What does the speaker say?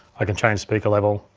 i can change speaker level,